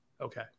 Okay